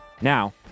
Now